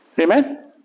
Amen